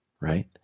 right